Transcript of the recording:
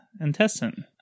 intestine